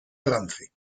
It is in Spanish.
trance